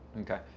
Okay